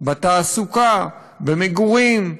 בתעסוקה, במגורים,